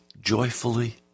joyfully